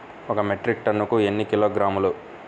ఒక మెట్రిక్ టన్నుకు ఎన్ని కిలోగ్రాములు?